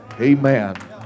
Amen